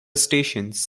stations